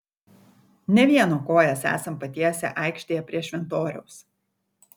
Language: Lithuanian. ne vieno kojas esam patiesę aikštėje prie šventoriaus